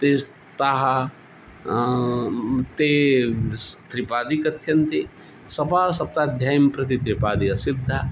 ते ताः ते सः त्रिपादी कथ्यन्ते सपादसप्ताध्यायीं प्रति त्रिपादी असिद्धा